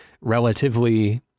relatively